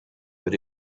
but